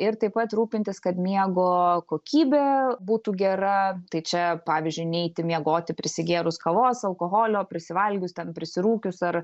ir taip pat rūpintis kad miego kokybė būtų gera tai čia pavyzdžiui neiti miegoti prisigėrus kavos alkoholio prisivalgius ten prisirūkius ar